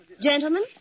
Gentlemen